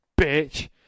bitch